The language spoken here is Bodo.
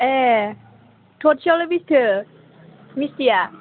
ए थरसेयावलाय बेसेथो मिस्टिया